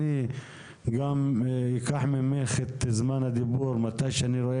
אני גם אקח ממך את זמן הדיבור מתי שאני אראה